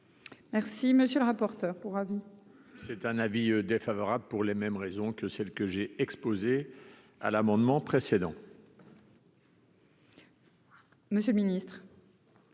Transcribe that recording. Merci, monsieur le rapporteur pour avis. C'est un avis défavorable pour les mêmes raisons que celles que j'ai exposées à l'amendement précédent. Monsieur le Ministre.